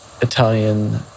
Italian